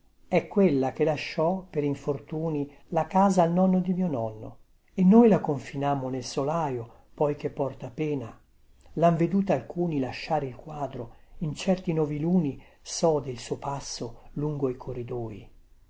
è quella che lasciò per infortuni la casa al nonno di mio nonno e noi la confinammo nel solaio poi che porta pena lhan veduta alcuni lasciare il quadro in certi noviluni sode il suo passo lungo i corridoi